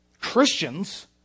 christians